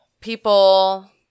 people